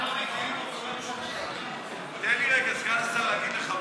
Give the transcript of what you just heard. אנחנו קודם כול נשמע את סגן השר, סליחה.